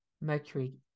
Mercury